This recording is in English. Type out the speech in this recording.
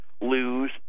lose